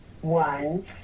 one